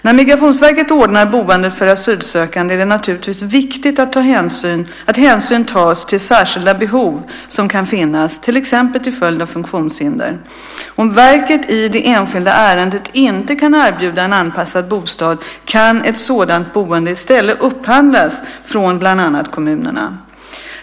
När Migrationsverket ordnar boendet för asylsökande är det naturligtvis viktigt att hänsyn tas till särskilda behov som kan finnas, till exempel till följd av funktionshinder. Om verket i det enskilda ärendet inte kan erbjuda en anpassad bostad kan ett sådant boende i stället upphandlas från bland annat kommunerna.